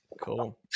Cool